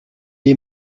est